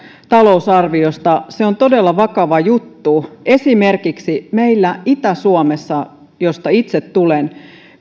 talousarviosta se on todella vakava juttu esimerkiksi meillä itä suomessa josta itse tulen